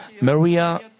Maria